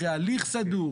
אחרי הליך סדור,